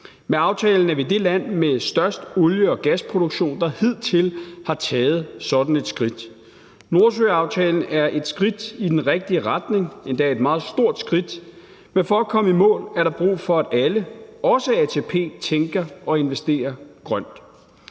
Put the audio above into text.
Med aftalen er vi det land med størst olie- og gasproduktion, der hidtil har taget sådan et skridt. Nordsøaftalen er et skridt i den rigtige retning og endda et meget stort skridt, men for at komme i mål er der brug for, at alle, også ATP, tænker og investerer grønt.